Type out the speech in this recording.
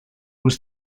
was